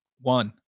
one